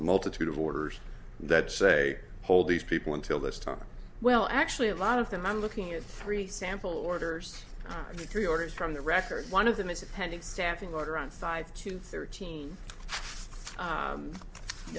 a multitude of orders that say hold these people until this time well actually a lot of them i'm looking at three sample orders three orders from the record one of them is a pending standing order on five to thirteen